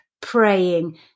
praying